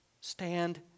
Stand